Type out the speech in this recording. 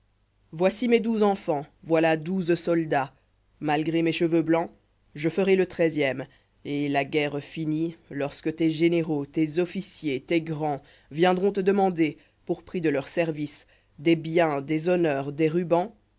voici mes douze enfants voilà douze soldats malgré mes cheveux blancs cte ferai le treizième et la guerre finie lorsque tes généraux tes officiers tes grands viendront te demander pour pjix de leur service des biens des honneurs des rubans